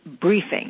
Briefing